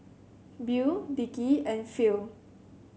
Beau Dickie and Phil